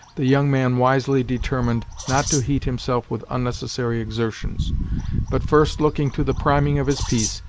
the young man wisely determined not to heat himself with unnecessary exertions but first looking to the priming of his piece,